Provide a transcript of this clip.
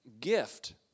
gift